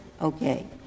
okay